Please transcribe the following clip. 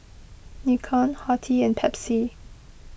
Nikon Horti and Pepsi